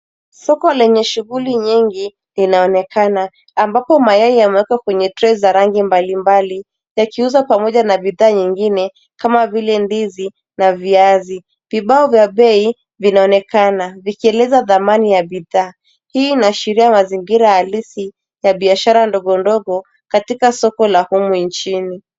Soko lenye shughuli nyingi linaonekana. Ambapo mayai yamewekwa kwenye trei za rangi mbalimbali yakiuzwa pamoja na bidhaa mbalimbali kama vile ndizi na viazi. Vibao vya bei vinaonekana vikelezea dhamani ya bidhaa. Hii inaashiria mazingira halisi ya biashara ndogondogo katika soko la humu nchini.